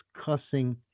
cussing